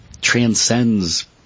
transcends